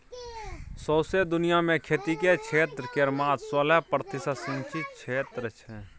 सौंसे दुनियाँ मे खेतीक क्षेत्र केर मात्र सोलह प्रतिशत सिचिंत क्षेत्र छै